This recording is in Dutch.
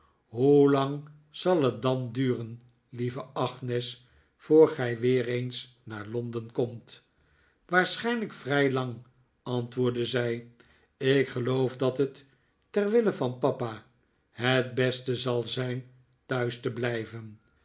hoelang zal het dan duren lieve agnes voor gij weer eens naar londen komt waarschijnlijk vrij lang antwoordde zij ik geloof dat het ter wille van papa het beste zal zijn thuis te blijven